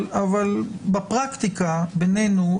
אבל בפרקטיקה בינינו,